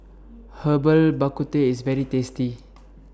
Herbal Bak Ku Teh IS very tasty